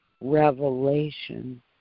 revelation